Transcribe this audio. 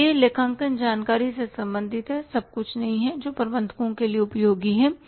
तो यह लेखांकन जानकारी से संबंधित है सब कुछ नहीं जो प्रबंधकों के लिए उपयोगी है